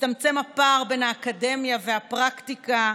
מצטמצם הפער בין האקדמיה והפרקטיקה,